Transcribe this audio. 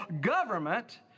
government